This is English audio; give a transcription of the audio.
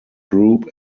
group